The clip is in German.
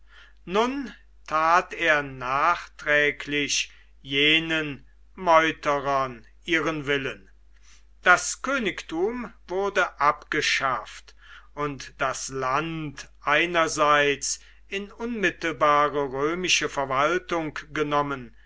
nun tat er nachträglich jenen meuterern ihren willen das königtum wurde abgeschafft und das land einerseits in unmittelbare römische verwaltung genommen